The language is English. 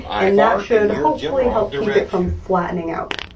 and that should hopefully help keep it from flattening out.